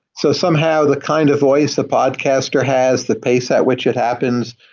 so somehow the kind of voice a podcaster has, the pace at which it happens,